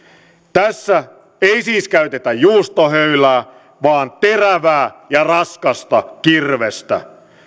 tässä ei siis käytetä juustohöylää vaan terävää ja raskasta kirvestä